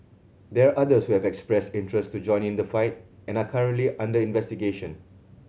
there others who have expressed interest to join in the fight and are currently under investigation